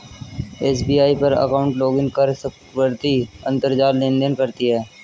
SBI पर account login कर सुकृति अंतरजाल लेनदेन करती है